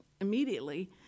immediately